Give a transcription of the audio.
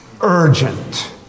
Urgent